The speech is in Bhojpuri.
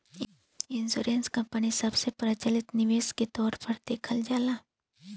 इंश्योरेंस कंपनी सबसे प्रचलित निवेश के तौर पर देखल जाला